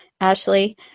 Ashley